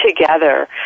together